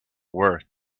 worth